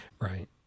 Right